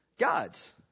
God's